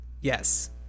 Yes